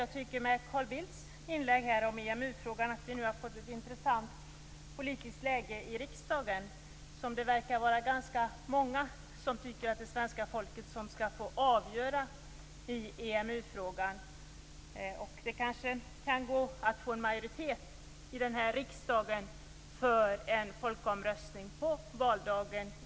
I och med Carl Bildts inlägg i EMU-frågan har det blivit ett intressant politiskt läge i riksdagen. Det verkar som det är ganska många som tycker att det är det svenska folket som skall få avgöra EMU-frågan. Det går kanske att få en majoritet i riksdagen för en sådan folkomröstning på valdagen.